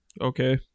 Okay